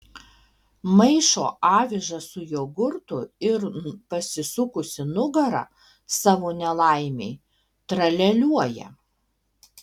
maišo avižas su jogurtu ir pasisukusi nugara savo nelaimei tralialiuoja